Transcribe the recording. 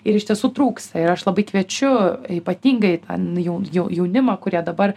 ir iš tiesų trūksta ir aš labai kviečiu ypatingai ten jau jaunimą kurie dabar